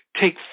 take